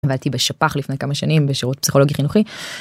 ואני בשפ"ח לפני כמה שנים בשירות פסיכולוגי חינוכי.